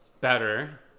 better